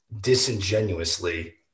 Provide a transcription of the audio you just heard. disingenuously